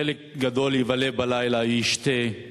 חלק גדול יבלה בלילה, ישתה,